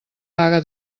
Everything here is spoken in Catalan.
vaga